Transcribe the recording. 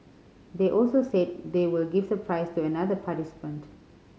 they also said they will give the prize to another participant